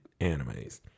animes